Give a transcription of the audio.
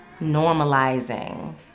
Normalizing